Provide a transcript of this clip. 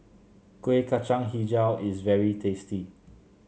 Kuih Kacang hijau is very tasty